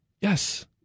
Yes